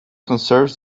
conserves